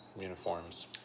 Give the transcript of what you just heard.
uniforms